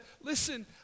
listen